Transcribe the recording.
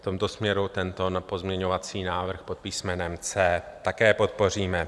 V tomto směru tento pozměňovací návrh pod písmenem C také podpoříme.